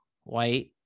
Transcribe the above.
white